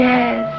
Yes